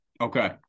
Okay